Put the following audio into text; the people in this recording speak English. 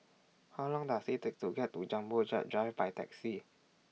How Long Does IT Take to get to Jumbo Jet Drive By Taxi